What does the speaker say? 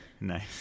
nice